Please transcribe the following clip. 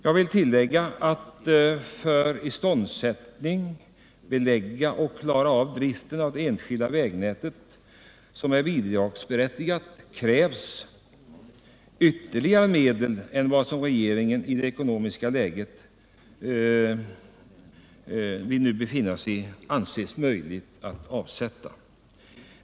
Jag vill tillägga att för att iståndsätta, belägga och klara av driften av det enskilda vägnät som är bidragsberättigat krävs ytterligare medel utöver vad regeringen i det eko nomiska läge som vi befinner oss i ansett möjligt att avsätta.